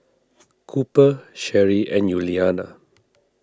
Cooper Sheri and Yuliana